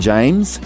James